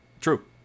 True